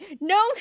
no